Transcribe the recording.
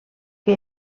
que